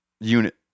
unit